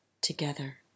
together